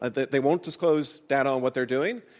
and they they won't disclose data on what they're doing.